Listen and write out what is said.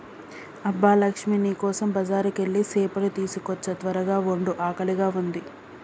అబ్బ లక్ష్మీ నీ కోసం బజారుకెళ్ళి సేపలు తీసుకోచ్చా త్వరగ వండు ఆకలిగా ఉంది